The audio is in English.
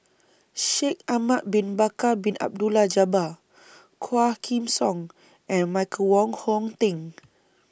Shaikh Ahmad Bin Bakar Bin Abdullah Jabbar Quah Kim Song and Michael Wong Hong Teng